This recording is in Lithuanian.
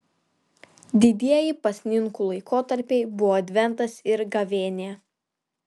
didieji pasninkų laikotarpiai buvo adventas ir gavėnia